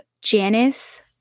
Janice